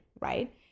right